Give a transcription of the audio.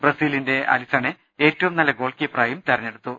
ബ്രസീലിന്റെ അലി സണെ ഏറ്റവും നല്ല ഗോൾ കീപ്പറായും തെരഞ്ഞെടുത്തു